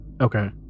Okay